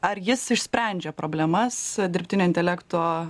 ar jis išsprendžia problemas dirbtinio intelekto